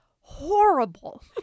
horrible